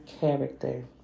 character